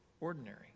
ordinary